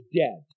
dead